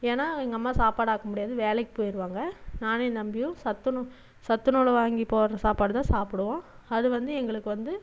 ஏன்னா எங்கள் அம்மா சாப்பாடு ஆக்க முடியாது வேலைக்கு போயிடுவாங்க நானும் என் தம்பியும் சத்துணவு சத்துணவில் வாங்கி போடுகிற சாப்பாடு தான் சாப்பிடுவோம் அது வந்து எங்களுக்கு வந்து